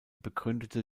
begründete